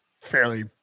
fairly